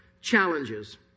challenges